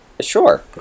Sure